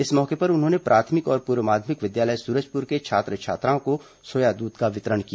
इस मौके पर उन्होंने प्राथमिक और पूर्व माध्यमिक विद्यालय सूरजपूर के छात्र छात्राओं को सोया दूध का वितरण किया